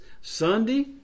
Sunday